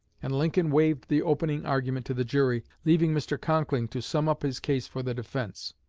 and lincoln waived the opening argument to the jury, leaving mr. conkling to sum up his case for the defense.